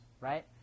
right